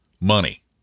Money